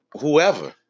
whoever